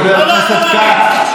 חבר הכנסת כץ,